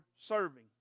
serving